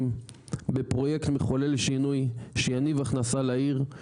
בפרויקט מחולל שינוי שיניב הכנסה לעיר,